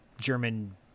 German